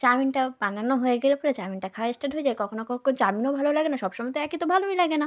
চাউমিনটা বানানো হয়ে গেলে পরে চাউমিনটা খাওয়া স্টার্ট হয়ে যায় কখনো কখন চাউমিনও ভালো লাগে না সব সময় তো একই তো ভালোই লাগে না